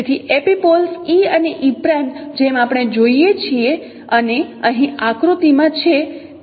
તેથી એપિપોલ્સe અને e' જેમ આપણે જોઈએ છીએ અને અહીં આકૃતિમાં છીએ